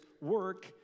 work